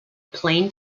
plain